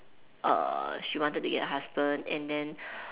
err she wanted to get a husband and then